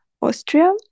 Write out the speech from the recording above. Austria